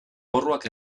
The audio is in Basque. porruak